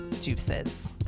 juices